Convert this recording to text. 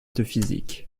physique